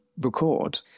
record